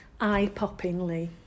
eye-poppingly